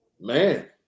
man